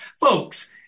Folks